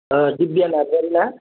दिबिया नार्जारी ना